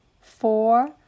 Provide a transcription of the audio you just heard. four